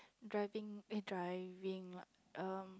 driving eh driving um